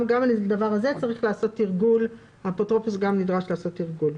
גם על הדבר הזה האפוטרופוס נדרש לעשות תרגול.